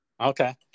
Okay